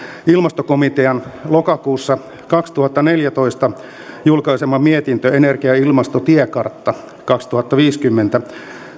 ilmastokomitean lokakuussa kaksituhattaneljätoista julkaisema mietintö energia ja ilmastotiekartta kaksituhattaviisikymmentä